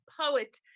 poet